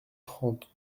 trente